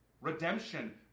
Redemption